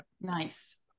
nice